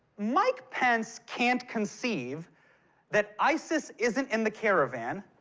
mike pence can't conceive that isis isn't in the caravan,